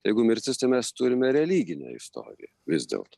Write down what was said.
jeigu mirtis tai mes turime religinę istoriją vis dėlto